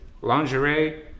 Lingerie